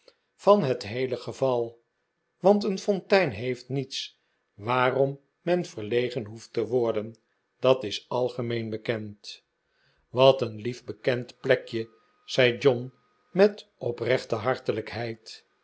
van het heele geval want een fontein heeft niets waarom men verlegen hoeft te worden dat is algemeen bekend wat een lief bekend plekje zei john met oprechte